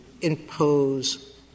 impose